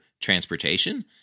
transportation